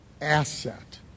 asset